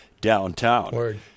downtown